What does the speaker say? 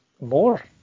more